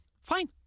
fine